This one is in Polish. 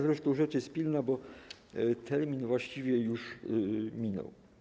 Zresztą rzecz jest pilna, bo termin właściwie już minął.